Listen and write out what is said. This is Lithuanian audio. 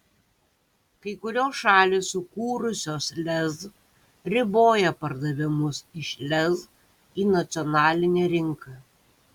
kai kurios šalys sukūrusios lez riboja pardavimus iš lez į nacionalinę rinką